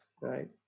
right